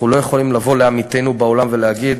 אנחנו לא יכולים לבוא לעמיתינו בעולם ולהגיד: